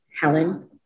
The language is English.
Helen